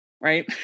right